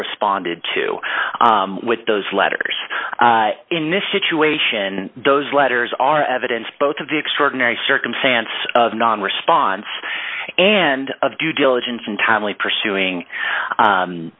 responded to with those letters in this situation those letters are evidence both of the extraordinary circumstance of non response and of due diligence in timely pursuing